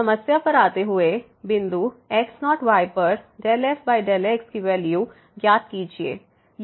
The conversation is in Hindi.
समस्या पर आते हुए बिंदु x0 yपर 𝝏 f 𝝏 x की वैल्यू ज्ञात कीजिए